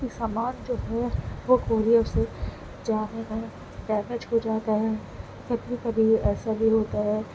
کہ سامان جو ہے وہ کوریئر سے جانے میں ڈیمیج ہو جاتا ہے کبھی کبھی ایسا بھی ہوتا ہے